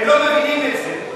הם לא מבינים את זה,